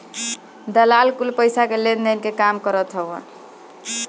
दलाल कुल पईसा के लेनदेन के काम करत हवन